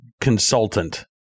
consultant